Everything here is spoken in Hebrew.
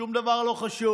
שום דבר לא חשוב.